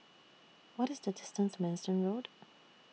What IS The distance to Manston Road